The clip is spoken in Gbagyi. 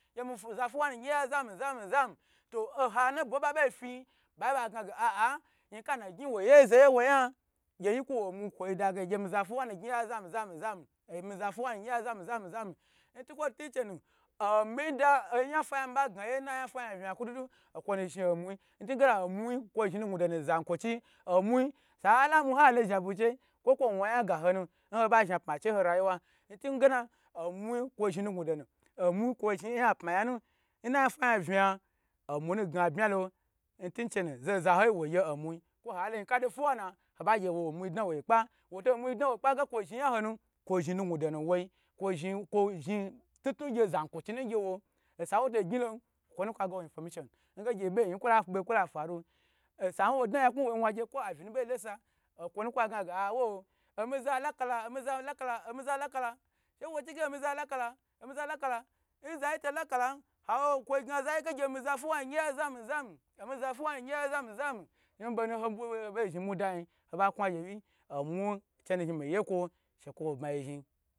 Omi za fuwa nu gni ya zam zam zam to oha nebo nba bei fi bala ga ge a a ha yin ka nu gni woi ye zeye woin ye gye ye ku wo omu kwo da ge gyemi za fuwa nu gni ya kwon ge zam zam zam, omi za fuwa nu gni ya kwon ge zam zam zam, ntukwo tu nchenu omiyi da ya mi ba gna ye na yan fa yan vna ya ku dudu n kwo nu zhni omu ntu gena omu kwo zhni nugnu do nu zan kwo chiyi, sa ha la mu halo zhabu chei nkwo wan yan ga ho nu nho ba zha pma chei mhorayiwa ntingwa omu kwo zhi nagnu donu, omu kwo zhni oyan apma yan na n na yan fa yan vna omu nu gna byalo nting chenu za zaho yi wo ye omwi kwa ha lo yinkado fuwa na ho ba gye wo ma dna woi kpa, woto mu dna wo kpa ga kwo zhni yan honu kwo zhni nugnudo nu woi kwo zhni kwo zhni tnu tnu ngya zayi kwochinu ngye wo osa nwo to gnile okwonu kwa ga wo information nge ge ge boyi kwo labe kwo la faru osan ho bo dna nyan knu hoyi wan gye kwo avi nu bo lo sa, okwo nu kwa gna ge awo omi za omiza lakala omi zalakala omiza laka kala she kwo chige omi za lakala n za yi to lakalan awo kwo gna zayi ge gyemi za fuwa na gyiya zam zam omiza fuwa nu gyi ya zam zam nbonu nhonu bo zhni mu dayi oba kna gye wi omu cheni zhni miye kwo shekwo wo bma yi zhni